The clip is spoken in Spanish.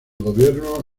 gobierno